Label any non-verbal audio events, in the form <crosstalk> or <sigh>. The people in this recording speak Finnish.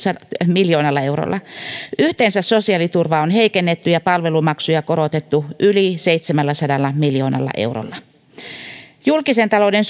miljoonalla eurolla yhteensä sosiaaliturvaa on heikennetty ja palvelumaksuja korotettu yli seitsemälläsadalla miljoonalla eurolla julkisen talouden <unintelligible>